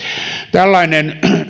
tällainen